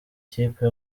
kipe